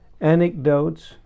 anecdotes